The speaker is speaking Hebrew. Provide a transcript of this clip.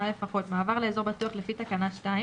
לפחות מעבר לאזור בטוח לפי תקנה 2,